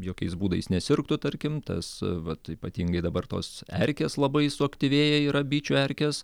jokiais būdais nesirgtų tarkim tas vat ypatingai dabar tos erkės labai suaktyvėja yra bičių erkės